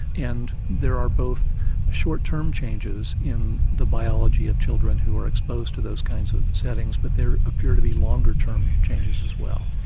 and there are both short term changes in the biology of children who are exposed to those kinds of settings, but there appears to be longer term changes as well.